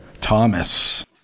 Thomas